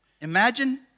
Imagine